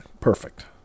Perfect